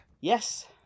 yes